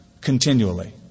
continually